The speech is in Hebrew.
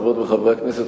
חברות וחברי הכנסת,